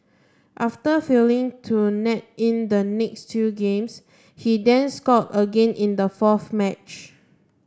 after failing to net in the next two games he then scored again in the fourth match